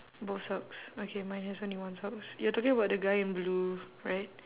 both socks okay mine has only one socks you are talking about the guy in blue right